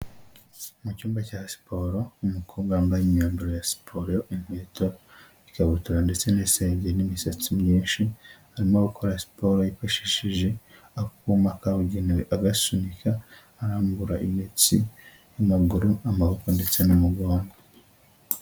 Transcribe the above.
Mu cyumba cya siporo, umukobwa wambaye imyambaro ya siporo, inkweto, ikakabutura ndetse n'isengeri n'imisatsi myinshi, arimo gukora siporo yifashishije akuma kabugenewe agasunika, arambura imitsi, amaguru, amaboko ndetse n'umugongo.